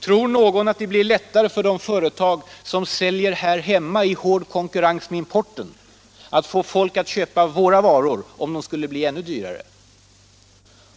Tror någon att det blir lättare för de företag som säljer här hemma, i hård konkurrens med importerade varor, att få folk att köpa sina varor om de skulle bli ännu dyrare?